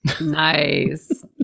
Nice